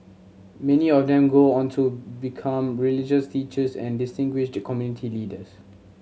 many of them go on to become religious teachers and distinguished community leaders